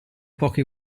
pochi